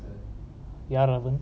யாரது:yarathu